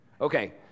Okay